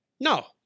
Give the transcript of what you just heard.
No